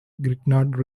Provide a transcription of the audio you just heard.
grignard